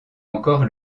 encore